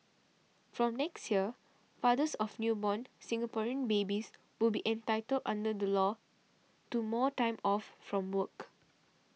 from next year fathers of newborn Singaporean babies will be entitled under the law to more time off from work